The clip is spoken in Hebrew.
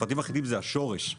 מפרטים אחידים זה השורש.